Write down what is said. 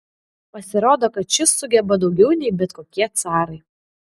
pasirodo kad šis sugeba daugiau nei bet kokie carai